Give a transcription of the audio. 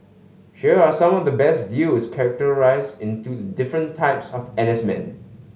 here are some of the best deals categorised into the different types of N S men